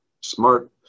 smart